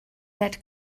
that